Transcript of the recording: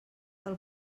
del